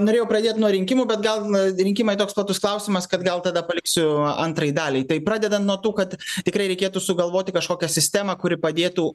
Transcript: norėjau pradėt nuo rinkimų bet gal rinkimai toks platus klausimas kad gal tada paliksiu antrai daliai tai pradedant nuo tų kad tikrai reikėtų sugalvoti kažkokią sistemą kuri padėtų